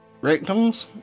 rectums